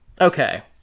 Okay